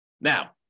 Now